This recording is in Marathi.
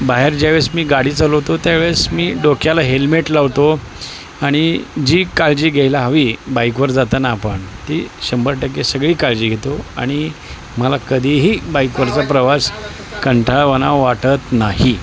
बाहेर ज्या वेळेस मी गाडी चालवतो त्यावेळेस मी डोक्याला हेल्मेट लावतो आणि जी काळजी घ्यायला हवी बाईकवर जाताना आपण ती शंभर टक्के सगळी काळजी घेतो आणि मला कधीही बाईकवरचा प्रवास कंटाळवाणा वाटत नाही